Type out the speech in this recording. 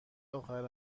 آخر